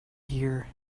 here